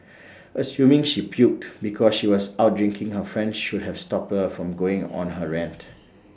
assuming she puked because she was out drinking her friend should have stopped her from going on her rant